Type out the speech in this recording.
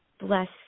Bless